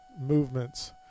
movements